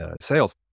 sales